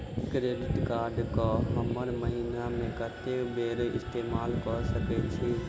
Credit card कऽ हम महीना मे कत्तेक बेर इस्तेमाल कऽ सकय छी?